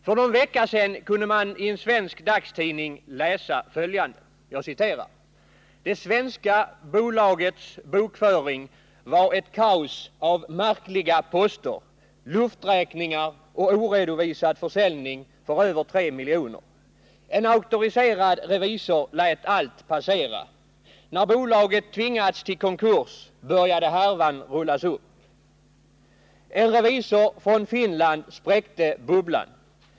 För någon vecka sedan kunde man i en svensk dagstidning läsa följande: ”Det svenska bolagets bokföring var ett kaos av märkliga poster, lufträkningar och oredovisad försäljning för över 3 miljoner. En auktoriserad revisor lät allt passera. När bolaget tvingats till konkurs började härvan rullas upp. En revisor från Finland spräckte bubblan.